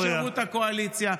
-- בשירות הקואליציה.